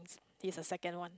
he's the second one